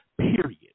period